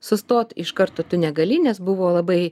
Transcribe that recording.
sustot iš karto tu negali nes buvo labai